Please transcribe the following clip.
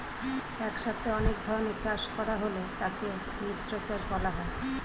একসাথে অনেক ধরনের চাষ করা হলে তাকে মিশ্র চাষ বলা হয়